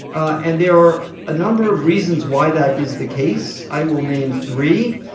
and there are a number of reasons why that is the case. i will name three,